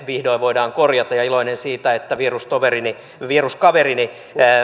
vihdoin voidaan korjata ja iloinen siitä että vierustoverini vieruskaverini